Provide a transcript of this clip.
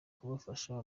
kubafasha